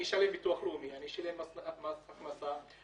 ואני חוזר כדי שאנחנו נבין אחד את השני ולא להתפרץ לדברים שלי.